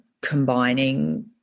combining